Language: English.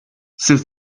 since